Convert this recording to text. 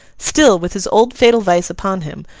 still, with his old fatal vice upon him,